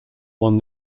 one